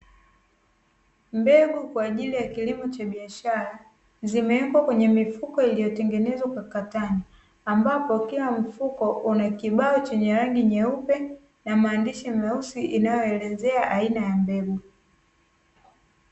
Mbegu kwa ajili ya kilimo cha biashara, zimewekwa kwenye mifuko iliyotengenezwa kwa katani ambapo kila mfuko una kibao chenye rangi nyeupe na maandishi meusi, inayoelezea aina ya mbegu.